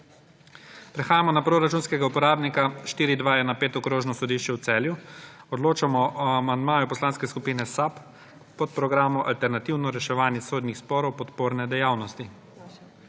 Prehajamo na proračunskega uporabnika 4219 Okrožno sodišče v Mariboru. Odločamo o amandmaju Poslanske skupine SAB k podprogramu Alternativno reševanje sodnih sporov – podporne dejavnosti.